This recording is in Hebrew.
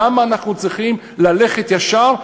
למה אנחנו צריכים ללכת ישר,